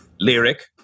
Lyric